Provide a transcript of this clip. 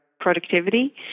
productivity